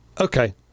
okay